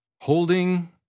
holding